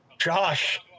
Josh